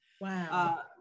Wow